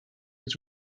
was